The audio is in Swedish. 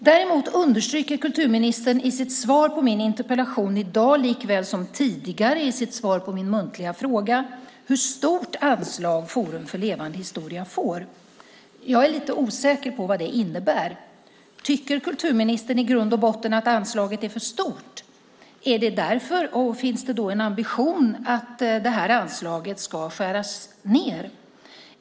Däremot understryker kulturministern i sitt svar på min interpellation i dag, lika väl som tidigare i sitt svar på min muntliga fråga, hur stort anslag Forum för levande historia får. Jag är lite osäker på vad det innebär. Tycker kulturministern i grund och botten att anslaget är för stort? Är det därför, och finns det då en ambition att anslaget ska skäras ned?